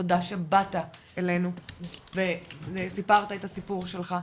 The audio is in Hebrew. תודה שבאת אלינו וסיפרת את הסיפור שלך,